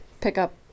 pickup